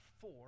four